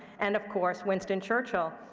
and of course winston churchill.